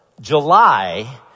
July